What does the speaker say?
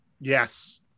Yes